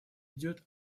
идет